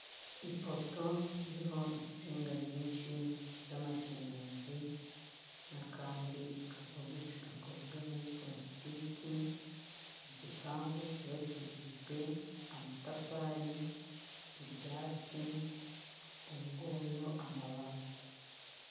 Ifoto iriho insinga nyinshi z'amashanyarazi, n'akandi kabogesi gakozwe muri pulasitike, igipangu cyubakishijwe amatafari, ibyatsi, urugo ruriho amabati.